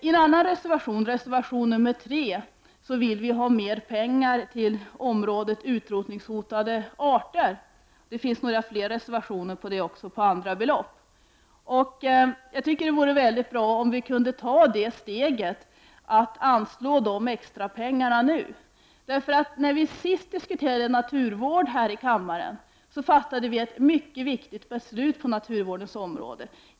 I reservation 3 föreslår miljöpartiet mer pengar till utrotningshotade arter. Det finns fler reservationer om detta där man föreslår andra belopp. Det vore mycket bra om vi kunde ta det steget att nu anslå extra pengar. När vi senast diskuterade naturvård här i kammaren fattades ett mycket viktigt beslut på detta område.